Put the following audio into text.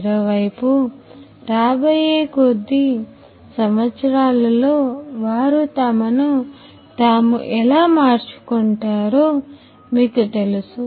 0 వైపు రాబోయే కొద్ది సంవత్సరాల్లో వారు తమను తాము ఎలా మార్చుకుంటారో మీకు తెలుసు